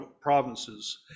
provinces